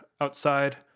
outside